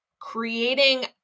Creating